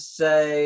say